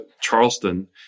Charleston